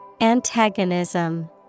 Antagonism